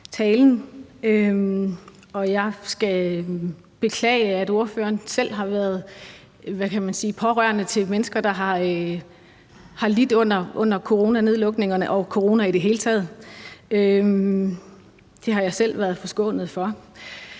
Jeg skal beklage, at ordføreren selv har været pårørende til mennesker, der har lidt under coronanedlukningerne og corona i det hele taget. Det har jeg selv været forskånet for.